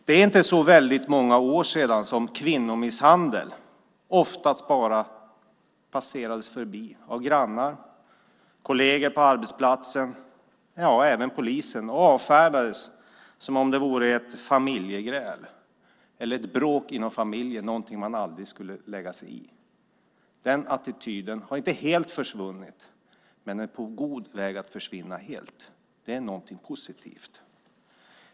Det är inte så väldigt många år sedan som kvinnomisshandel oftast bara passerades förbi av grannar, kolleger på arbetsplatsen och även polisen. Det avfärdades som ett familjegräl eller ett bråk inom familjen, någonting man inte skulle lägga sig i. Den attityden har inte helt försvunnit, men den är på god väg att försvinna. Det är någonting positivt.